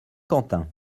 quentin